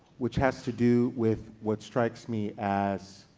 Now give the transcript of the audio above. which has to do with what strikes me as